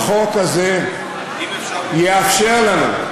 אתה משנה את, החוק הזה יאפשר לנו,